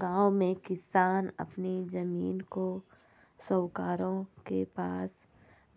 गांव में किसान अपनी जमीन को साहूकारों के पास